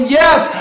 yes